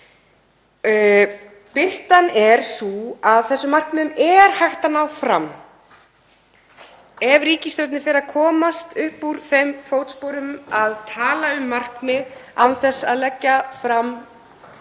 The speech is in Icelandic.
Birtan liggur í því að þessum markmiðum er hægt að ná fram ef ríkisstjórnin fer að komast upp úr þeim fótsporum að tala um markmið án þess að leggja fram